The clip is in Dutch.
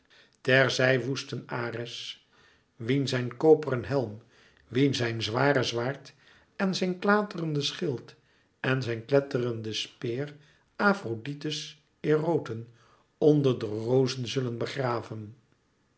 zij woesten ares wien zijn koperen helm wien zijn zware zwaard en zijn klaterende schild en zijn kletterende speer afrodite's eroten onder rozen zullen begraven